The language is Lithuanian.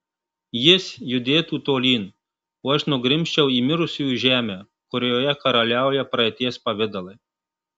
jis judėtų tolyn o aš nugrimzčiau į mirusiųjų žemę kurioje karaliauja praeities pavidalai